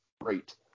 great